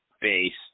based